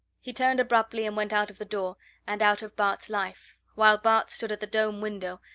he turned abruptly and went out of the door and out of bart's life, while bart stood at the dome-window,